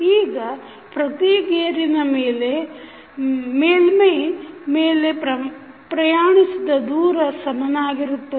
ಈಗ ಪ್ರತಿ ಗೇರಿನ ಮೇಲ್ಮೆ ಮೇಲೆ ಪ್ರಯಾಣಿಸಿದ ದೂರ ಸಮನಾಗಿರುತ್ತದೆ